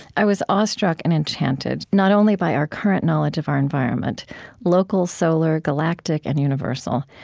i was awe-struck and enchanted not only by our current knowledge of our environment local, solar, galactic, and universal,